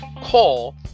call